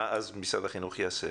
מה אז משרד החינוך יעשה?